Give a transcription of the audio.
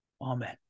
Amen